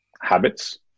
habits